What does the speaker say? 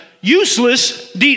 useless